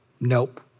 Nope